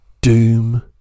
Doom